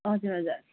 हजुर हजुर